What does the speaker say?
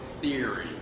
theory